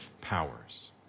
powers